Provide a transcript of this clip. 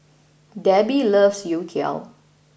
Debbie loves Youtiao